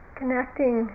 connecting